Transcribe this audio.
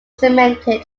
cremated